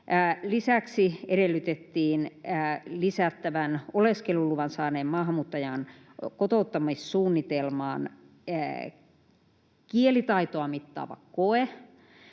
Lisäksi edellytettiin lisättävän oleskeluluvan saaneen maahanmuuttajan kotouttamissuunnitelmaan kielitaitoa mittaava koe